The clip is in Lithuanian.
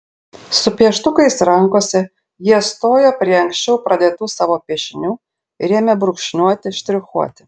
su pieštukais rankose jie stojo prie anksčiau pradėtų savo piešinių ir ėmė brūkšniuoti štrichuoti